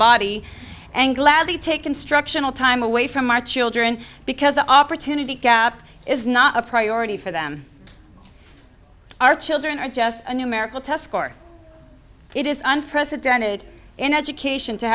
body and gladly take instructional time away from our children because the opportunity gap is not a priority for them our children are just a numerical test score it is unprecedented in education to